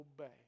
obey